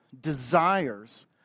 desires